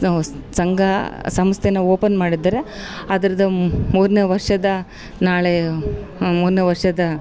ಸ್ ಸಂಘ ಸಂಸ್ಥೆ ಓಪನ್ ಮಾಡಿದ್ರು ಅದ್ರದ್ದು ಮೂರನೇ ವರ್ಷದ ನಾಳೆ ಮೂರನೇ ವರ್ಷದ